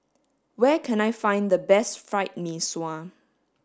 where can I find the best fried Mee Sua